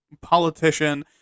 politician